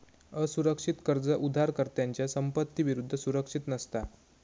असुरक्षित कर्ज उधारकर्त्याच्या संपत्ती विरुद्ध सुरक्षित नसता